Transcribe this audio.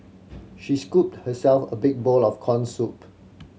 she scooped herself a big bowl of corn soup